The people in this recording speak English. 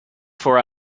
for